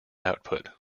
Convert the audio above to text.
output